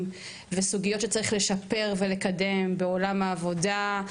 וסוגיות שצריך לשפר ולקדם בעולם העבודה,